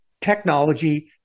technology